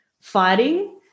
fighting